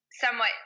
Somewhat